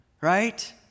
right